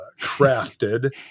crafted